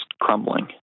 crumbling